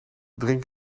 drink